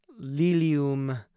Lilium